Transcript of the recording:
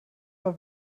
war